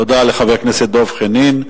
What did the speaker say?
תודה לחבר הכנסת דב חנין.